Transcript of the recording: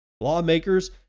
Lawmakers